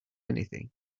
anything